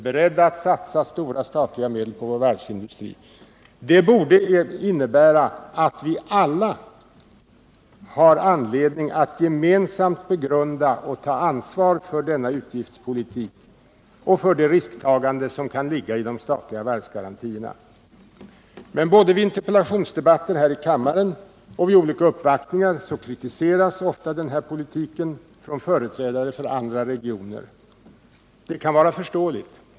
Det borde innebära att vi alla har anledning att gemensamt begrunda och ta ansvar för denna utgiftspolitik och för det risktagande som kan ligga i de statliga varvsgarantierna. Men både vid interpellationsdebatter här i kammaren och vid olika uppvaktningar kritiseras ofta den här politiken från företrädare för andra regioner. Det kan vara förståeligt.